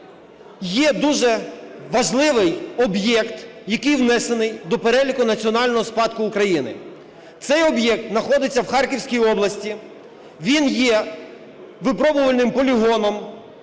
є дуже важливий об'єкт, який внесений до переліку національного спадку України. Цей об'єкт знаходиться в Харківській області, він є випробувальним полігоном